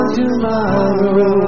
tomorrow